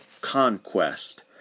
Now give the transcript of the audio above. conquest